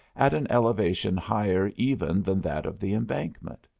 at an elevation higher even than that of the embankment.